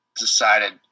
decided